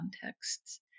contexts